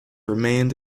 remained